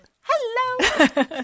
Hello